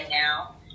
now